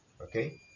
okay